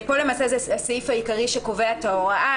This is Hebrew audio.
למעשה זה הסעיף העיקרי שקובע את ההוראה.